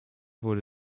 wurde